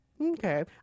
Okay